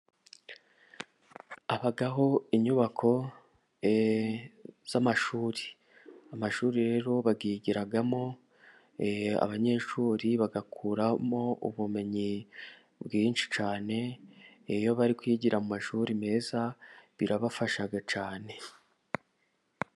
Habaho inyubako z'amashuri. Amashuri rero bayigiramo abanyeshuri bagakuramo ubumenyi bwinshi cyane, iyo bari kwigira mu mashuri meza birabafasha cyane.